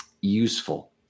useful